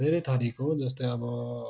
धेरै थरिको जस्तै अब